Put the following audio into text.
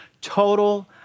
total